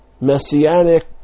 messianic